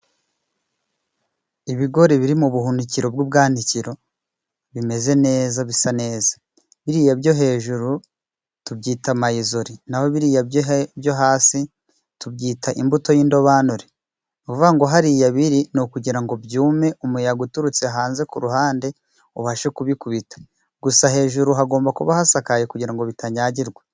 Ibigori biri mu buhunikiro bw'ubwanikiro bimeze neza bisa neza, biriya byo hejuru tubyita mayizori naho biriya byo hasi tubyita imbuto y'indobanure; ni ukuvuga ngo hariya biri ni ukugira ngo byume, umuyaga uturutse hanze ku ruhande ubashe kubikubita, gusa hejuru hagomba kuba hasakaye kugira ngo bitanyagirwa.